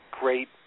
great